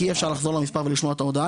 כי אי אפשר לחזור למספר ולשמוע את ההודעה.